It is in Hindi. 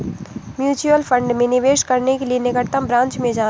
म्यूचुअल फंड में निवेश करने के लिए निकटतम ब्रांच में जाना